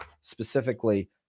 specifically